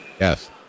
Yes